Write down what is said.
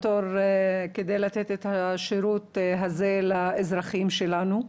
בתור כדי לתת את השירות הזה לאזרחים שלנו.